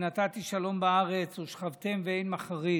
ונתתי שלום בארץ ושכבתם ואין מחריד,